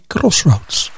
Crossroads